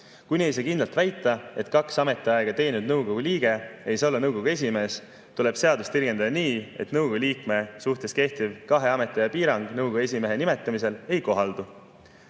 Kuni ei saa kindlalt väita, et kaks ametiaega teeninud nõukogu liige ei saa olla nõukogu esimees, tuleb seadust tõlgendada nii, et nõukogu liikme suhtes kehtiv kahe ametiaja piirang nõukogu esimehe nimetamisel ei kohaldu. Komisjon